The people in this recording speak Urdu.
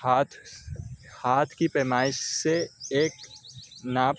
ہاتھ ہاتھ کی پیمائش سے ایک ناپ